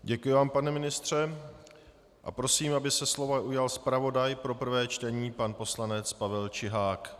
Děkuji vám, pane ministře, a prosím, aby se slova ujal zpravodaj pro prvé čtení pan poslanec Pavel Čihák.